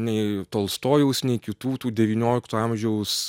nei tolstojaus nei kitų tų devyniolikto amžiaus